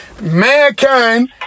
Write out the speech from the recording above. Mankind